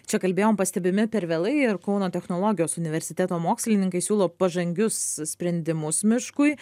čia kalbėjom pastebimi per vėlai ir kauno technologijos universiteto mokslininkai siūlo pažangius sprendimus miškui